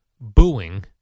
booing